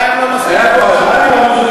אולי הם לא מספיק,